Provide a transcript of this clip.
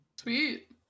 sweet